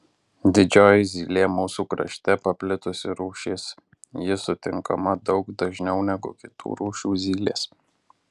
didžioji zylė mūsų krašte paplitusi rūšis ji sutinkama daug dažniau negu kitų rūšių zylės